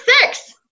six